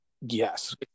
yes